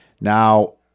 Now